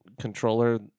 controller